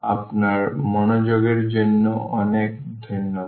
আপনার মনোযোগের জন্য আপনাকে অনেক ধন্যবাদ